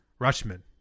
Rushman